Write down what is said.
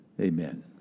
amen